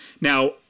Now